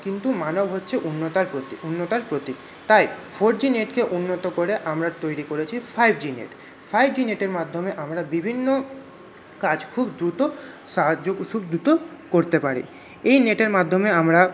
কিন্তু মানব হচ্ছে উন্নতির উন্নতির প্রতীক তাই ফোর জি নেটকে উন্নত করে আমরা তৈরি করেছি five G net five G নেটের মাধ্যমে আমরা বিভিন্ন কাজ খুব দ্রুত সাহায্য খুব দ্রুত করতে পারি এই নেটের মাধ্যমে আমরা